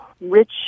rich